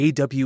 AW